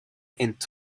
and